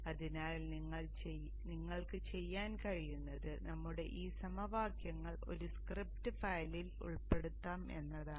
അതിനാൽ നിങ്ങൾക്ക് ചെയ്യാൻ കഴിയുന്നത് നമുക്ക് ഈ സമവാക്യങ്ങൾ ഒരു സ്ക്രിപ്റ്റ് ഫയലിൽ ഉൾപ്പെടുത്താം എന്നതാണ്